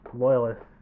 loyalists